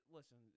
Listen